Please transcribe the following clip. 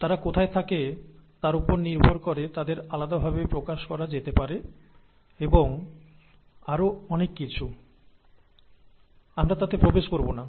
তারা কোথায় থাকে তার উপর নির্ভর করে তাদের আলাদাভাবে প্রকাশ করা যেতে পারে এবং আরও অনেক কিছু কিন্তু আমরা তাতে প্রবেশ করব না